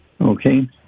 okay